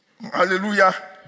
Hallelujah